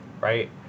right